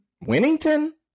Winnington